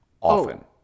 often